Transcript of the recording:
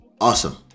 awesome